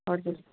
हजुर